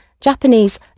Japanese